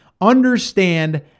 understand